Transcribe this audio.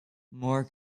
more